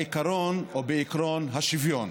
בעקרון השוויון.